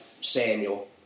Samuel